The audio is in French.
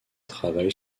travail